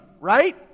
right